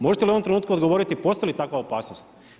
Možete li u ovom trenutku odgovoriti, postoji li takva opasnost?